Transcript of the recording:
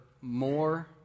more